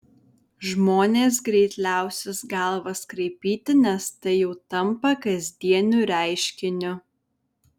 žmonės greit liausis galvas kraipyti nes tai jau tampa kasdieniu reiškiniu